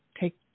take